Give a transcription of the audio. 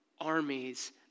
armies